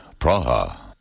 Praha